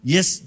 Yes